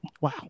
Wow